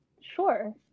sure